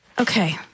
Okay